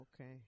Okay